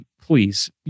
please